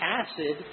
acid